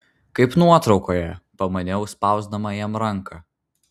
kaip nuotraukoje pamaniau spausdama jam ranką